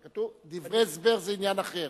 דברי הסבר זה עניין אחר.